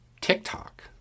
TikTok